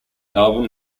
album